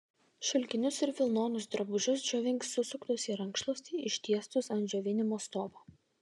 šilkinius ir vilnonius drabužius džiovink susuktus į rankšluostį ištiestus ant džiovinimo stovo